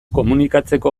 komunikatzeko